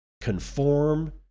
Conform